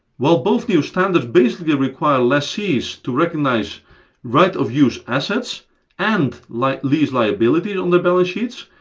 while both new standards basically require lessees to recognize right-of-use assets and like lease liabilities on their balance sheets,